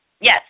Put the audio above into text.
Yes